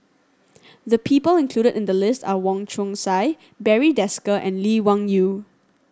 the people included in the list are Wong Chong Sai Barry Desker and Lee Wung Yew